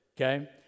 Okay